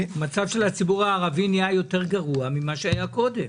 המצב של הציבור הערבי נהיה יותר גרוע ממה שהיה קודם.